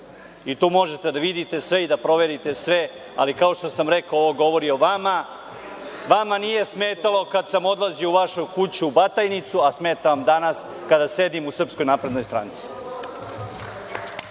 i tu možete da vidite sve i da proverite sve, ali kao što sam rekao, ovo govori o vama. Vama nije smetalo kada sam odlazio u vašu kuću u Batajnici, a smeta vam danas kada sedim u SNS. **Dragoljub